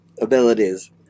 abilities